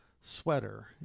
sweater